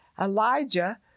Elijah